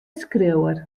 skriuwer